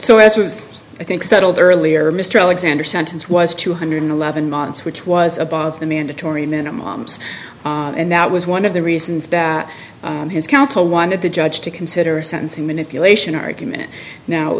as was i think settled earlier mr alexander sentence was two hundred eleven months which was above the mandatory minimums and that was one of the reasons that his counsel wanted the judge to consider a sentencing manipulation argument now